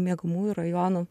miegamųjų rajonų